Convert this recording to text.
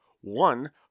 one